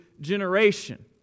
generation